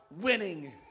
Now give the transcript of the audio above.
winning